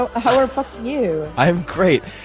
ah how are fuck you? i am great.